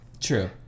True